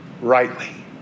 rightly